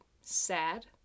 sad